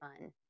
fun